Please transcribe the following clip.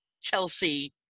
Chelsea